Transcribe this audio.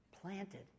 planted